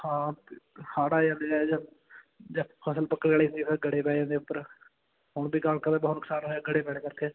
ਹਾਂ ਅਤੇ ਹੜ ਆ ਜਾਂਦੇ ਜਾਏ ਜਾਂ ਜਾ ਫਸਲ ਪੱਕਣੇ ਵਾਲੀ ਹੁੰਦੀ ਫਿਰ ਗੜੇ ਪੈ ਜਾਂਦੇ ਉੱਪਰ ਹੁਣ ਵੀ ਕਣਕਾਂ ਦਾ ਬਹੁਤ ਨੁਕਸਾਨ ਹੋਇਆ ਗੜੇ ਪੈਣੇ ਕਰਕੇ